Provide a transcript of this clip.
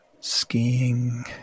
Skiing